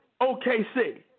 OKC